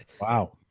wow